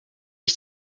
ich